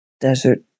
desert